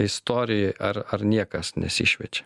istorijoj ar ar niekas nesišviečia